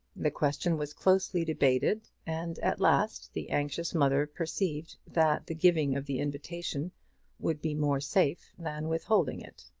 the question was closely debated, and at last the anxious mother perceived that the giving of the invitation would be more safe than withholding it.